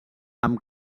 amb